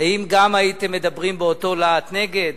האם גם אז הייתם מדברים באותו להט נגד?